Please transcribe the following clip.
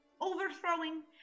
overthrowing